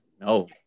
no